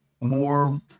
more